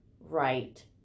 right